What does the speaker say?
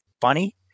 funny